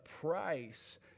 price